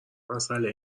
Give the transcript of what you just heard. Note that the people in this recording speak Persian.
مسئله